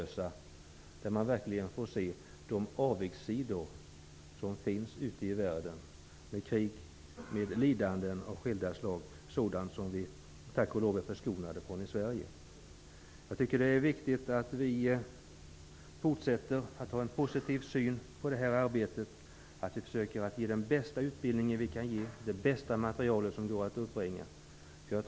Dessa personer får verkligen se de avigsidor som krig ute i världen för med sig, sådana lidanden som vi tack och lov är förskonade från i Sverige. Det är viktigt att vi fortsätter att ha en positiv syn på detta arbete, att vi försöker att ge den bästa utbildning som vi kan ge och den bästa materielen som går att uppbringa.